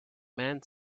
man